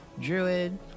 druid